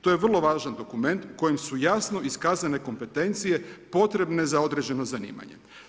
To je vrlo važan dokument u kojem su jasno iskazane kompetencije potrebne za određeno zanimanje.